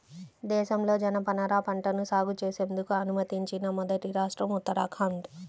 దేశంలో జనపనార పంటను సాగు చేసేందుకు అనుమతించిన మొదటి రాష్ట్రం ఉత్తరాఖండ్